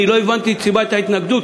אני לא הבנתי את סיבת ההתנגדות,